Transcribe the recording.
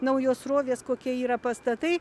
naujos srovės kokie yra pastatai